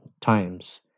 times